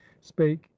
spake